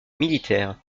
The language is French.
militaire